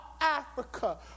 Africa